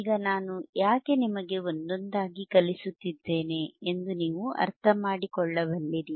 ಈಗ ನಾನು ಯಾಕೆ ನಿಮಗೆ ಒಂದೊಂದಾಗಿ ಕಲಿಸುತ್ತಿದ್ದೇನೆ ಎಂದು ನೀವು ಅರ್ಥಮಾಡಿಕೊಳ್ಳಬಲ್ಲಿರಿ